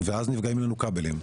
ואז נפגעים לנו כבלים.